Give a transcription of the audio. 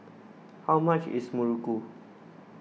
how much is Muruku